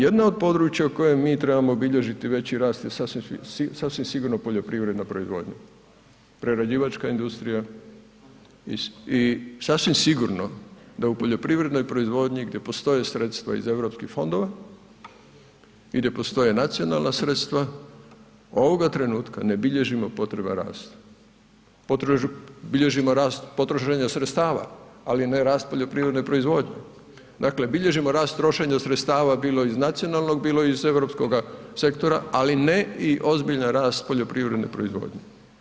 Jedna od područja u kojem mi trebamo bilježiti veći rast je sasvim sigurno poljoprivredna proizvodnja, prerađivačka industrija i sasvim sigurno da u poljoprivrednoj proizvodnji gdje postoje sredstva iz Europskih fondova i gdje postoje nacionalna sredstva, ovoga trenutka ne bilježimo potreban rast, bilježimo rast potrošenja sredstava, ali ne rast poljoprivredne proizvodnje, dakle bilježimo rast trošenja sredstava bilo iz nacionalnog bilo iz europskoga sektora, ali ne i ozbiljan rast poljoprivredne proizvodnje.